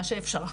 מה שאפשר.